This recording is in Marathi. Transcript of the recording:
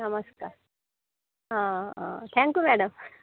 नमस्कार थँक्यू मॅडम